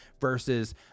versus